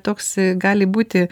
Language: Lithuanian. toks a gali būti